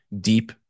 deep